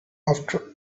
after